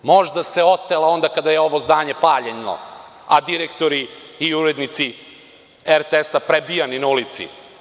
Možda se otela onda kada je ovo zdanje paljeno, a direktori i urednici RTS prebijani na ulici.